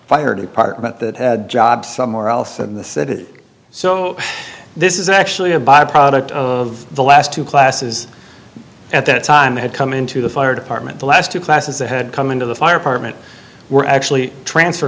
fire department that had jobs somewhere else in the city so this is actually a byproduct of the last two classes at that time had come into the fire department the last two classes that had come into the fire department were actually transfer